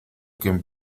que